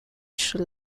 sri